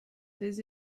des